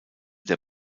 der